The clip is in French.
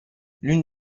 l’une